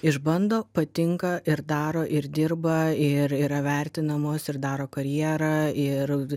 išbando patinka ir daro ir dirba ir yra vertinamos ir daro karjerą ir